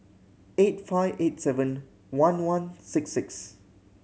eight five eight seven one one six six